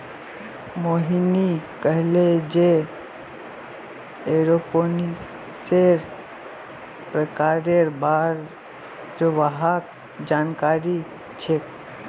मोहिनी कहले जे एरोपोनिक्सेर प्रकारेर बार वहाक जानकारी छेक